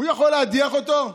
הוא יכול להדיח אותו?